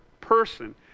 person